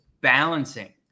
balancing